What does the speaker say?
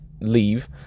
leave